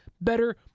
better